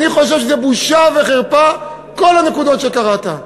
אני חושב שזו בושה וחרפה, כל הנקודות שקראת.